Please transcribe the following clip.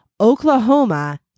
oklahoma